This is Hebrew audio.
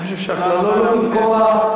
אני חושב שההכללות לא במקומן,